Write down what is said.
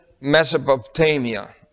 Mesopotamia